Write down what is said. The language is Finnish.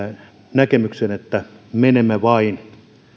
näkemyksen että menemme vain